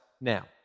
now